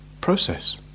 process